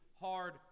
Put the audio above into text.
hard